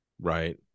Right